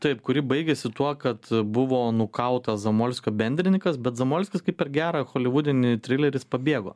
taip kuri baigėsi tuo kad buvo nukautas zamolskio bendrininkas bet zamolskis kaip per gerą holivudinį trilerį jis pabėgo